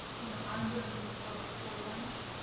you know i'm willing to go up to port orange,